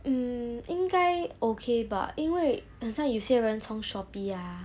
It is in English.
mm 应该 okay 吧因为很像有些人从:bayin wei hen xiang you xie ren cong shopee ah